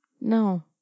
No